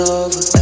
over